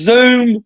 Zoom